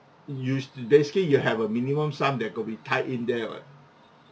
you basically you have a minimum sum that could be tied in there [what]